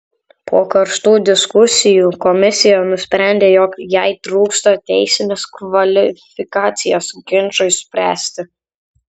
po karštų diskusijų komisija nusprendė jog jai trūksta teisinės kvalifikacijos ginčui spręsti